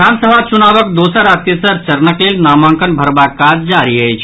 विधानसभा चुनावक दोसर आ तेसर चरणक लेल नामांकन भरबाक काज जारी अछि